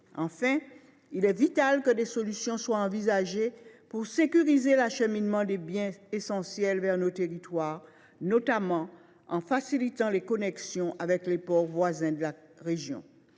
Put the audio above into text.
Enfin, il est vital que des solutions soient envisagées pour sécuriser l’acheminement des biens essentiels vers nos territoires, notamment en facilitant les connexions avec les ports voisins de la région.